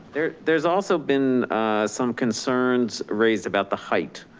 there's there's also been some concerns raised about the height.